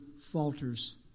falters